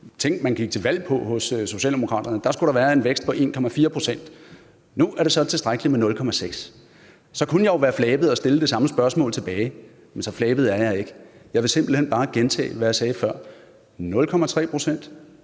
gik til valg på, at der skulle være en vækst på 1,4 pct. Nu er det så tilstrækkeligt med 0,6 pct. Så kunne jeg jo være flabet og stille det samme spørgsmål tilbage, men så flabet er jeg ikke. Jeg vil simpelt hen bare gentage, hvad jeg sagde før: 0,3 pct.